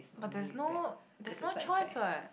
but there's no there's no choice what